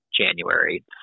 January